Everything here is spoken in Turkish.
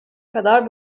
kadar